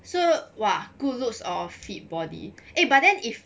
so !wah! good looks or fit body eh but then if